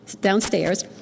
downstairs